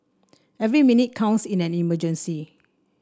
every minute counts in an emergency